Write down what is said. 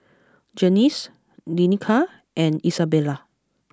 Janice Danica and Isabela